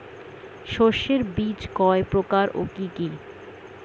শস্যের বীজ কয় প্রকার ও কি কি?